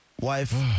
wife